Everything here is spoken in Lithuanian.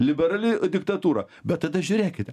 liberali diktatūra bet tada žiūrėkite